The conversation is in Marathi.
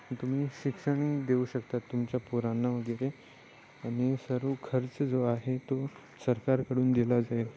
तुम्ही शिक्षणही देऊ शकतात तुमच्या पोरांना वगैरे आणि सर्व खर्च जो आहे तो सरकारकडून दिला जाईल